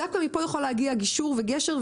דווקא מפה יכול להגיע גישור וגשר,